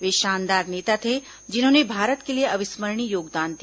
वे शानदार नेता थे जिन्होंने भारत के लिए अविस्मरणीय योगदान दिया